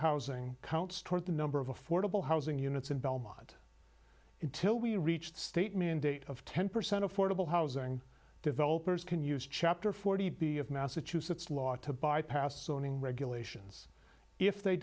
housing counts toward the number of affordable housing units in belmont until we reach the state mandate of ten percent affordable housing developers can use chapter forty b of massachusetts law to bypass zoning regulations if they